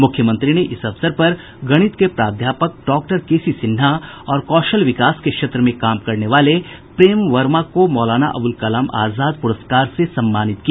मूख्यमंत्री ने इस अवसर पर गणित के प्राध्यापक डॉक्टर के सी सिन्हा और कौशल विकास के क्षेत्र में काम करने वाले प्रेम वर्मा को मौलाना अब्रल कलाम आजाद प्रस्कार से सम्मानित किया